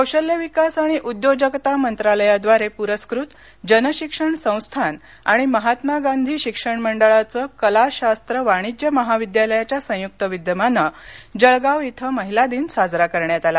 कौशल्य विकास आणि उद्योजकता मंत्रालयाद्वारे पुरस्कृतजन शिक्षण संस्थान आणि महात्मा गांधी शिक्षण मंडळाचे कला शास्त्र वाणिज्य महाविद्यालयाच्या संयुक्त विद्यमाने जळगाव इथं महिला दिन साजरा करण्यात आला